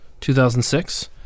2006